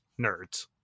nerds